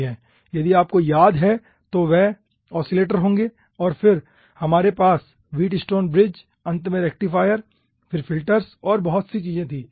यदि आपको याद है तो वे ओसिलेटर होंगे और फिर हमारे पास व्हीट स्टोन ब्रिज अंत में रेक्टीफायर फिर फिल्टर्स और फिर बहुत सी चीजें थीं